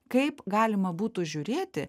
kaip galima būtų žiūrėti